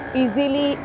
easily